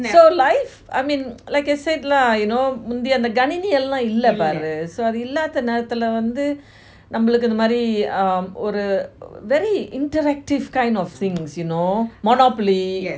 so life I mean like I've said lah you know முந்தி அந்த காணிநிலம் எல்லாம் இல்ல பாரு அது இல்லாத நேரத்துல வந்து நம்மளுக்கு இந்த மாறி ஒரு:munthi antha kaaninilam ellam illa paaru athu illatha nerathula vanthu nammaluku intha maari oru very interactive kind of things you know monopoly